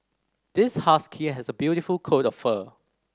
this husky has a beautiful coat of fur